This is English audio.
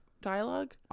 Dialogue